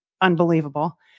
unbelievable